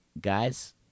guys